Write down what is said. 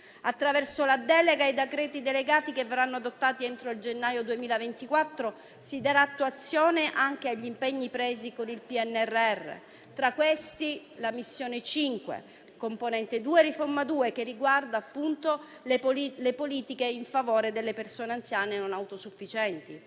Attraverso la delega e i decreti delegati che verranno adottati entro il gennaio 2024 si darà attuazione anche agli impegni presi con il PNRR: tra questi, la Missione 5-Componente 2-Riforma 1.2, che riguarda appunto le politiche in favore delle persone anziane non autosufficienti.